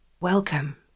Welcome